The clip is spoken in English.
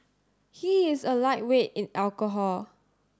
he is a lightweight in alcohol